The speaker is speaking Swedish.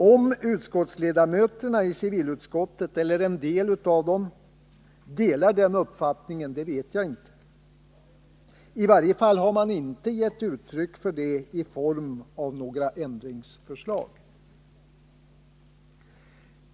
Om utskottsledamöterna i civilutskottet, eller några av dem, delar den uppfattningen vet jag inte — i varje fall har man inte gett uttryck för detta i form av några ändringsförslag.